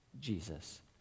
Jesus